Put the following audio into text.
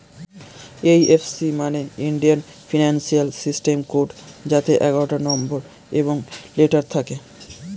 এই F C মানে Indian financial system code যাতে এগারোটা নম্বর এবং লেটার থাকে